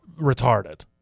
retarded